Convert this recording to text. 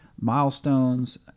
milestones